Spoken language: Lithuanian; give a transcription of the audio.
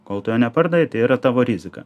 kol tu jo nepardavei tai yra tavo rizika